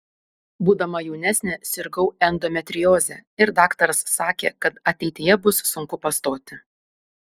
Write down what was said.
būdama jaunesnė sirgau endometrioze ir daktaras sakė kad ateityje bus sunku pastoti